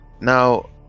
Now